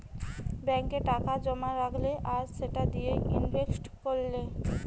ব্যাংকে টাকা জোমা রাখলে আর সেটা দিয়ে ইনভেস্ট কোরলে